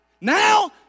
now